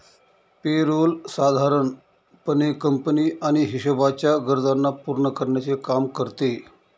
पे role साधारण पणे company आणि हिशोबाच्या गरजांना पूर्ण करण्याचे काम करते